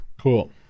Cool